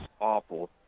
awful